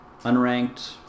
unranked